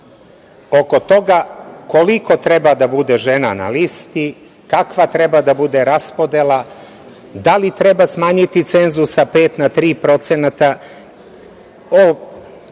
oko toga koliko treba da bude žena na listi, kakva treba da bude raspodela, da li treba smanjiti cenzus sa 5% na 3%, o načinu